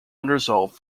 unresolved